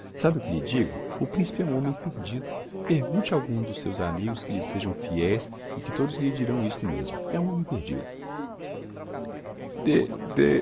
sabe o que lhe digo o principe é um homem perdido pergunte a algum dos seus amigos que lhe sejam fieis e todos lhe dirão isto mesmo é um homem perdido